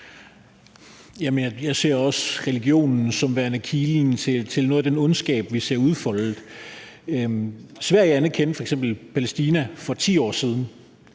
Jeg ser også religionen som værende kilden til noget af den ondskab, vi ser udfoldet. Sverige anerkendte f.eks. Palæstina for 10 år siden.